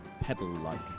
pebble-like